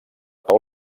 pel